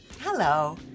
Hello